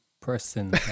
person